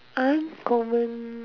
uncommon